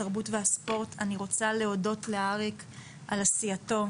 התרבות והספורט אני רוצה להודות לאריק על עשייתו,